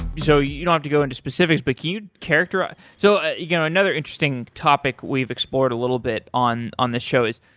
so you don't have to go into specifics, but can you characterize so ah you know another interesting topic we've explored a little bit on on this show is